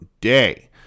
day